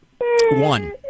One